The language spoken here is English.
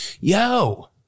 yo